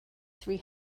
three